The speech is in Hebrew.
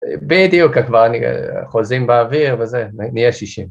בדיוק כבר חוזים באוויר וזה, נהיה שישים.